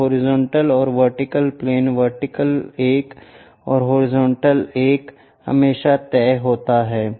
तो हॉरिजॉन्टल और vertical plane vertical एक और हॉरिजॉन्टल एक हमेशा तय होता है